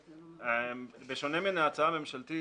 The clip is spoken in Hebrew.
בשונה מן ההצעה הממשלתית,